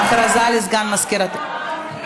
הודעה לסגן מזכירת הכנסת.